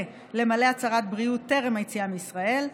למלא הצהרת בריאות טרם היציאה מישראל,